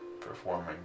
performing